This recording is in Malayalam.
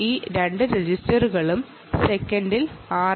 ഈ രണ്ട് രജിസ്റ്ററുകളും സെക്കൻഡിൽ 6